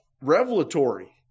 revelatory